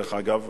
דרך אגב,